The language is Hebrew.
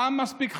העם מספיק חזק,